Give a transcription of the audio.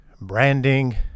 branding